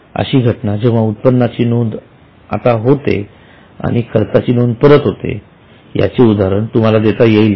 अशी घटना जेव्हा उत्पन्नाची नोंद आता होते आणि खर्चाची नोंद परत होते याचे उदाहरण तुम्हाला देता येईल का